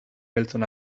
beltzon